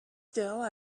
still